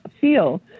feel